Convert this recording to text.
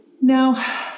Now